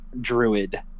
druid